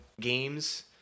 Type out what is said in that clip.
games